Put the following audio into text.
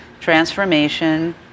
transformation